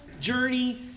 journey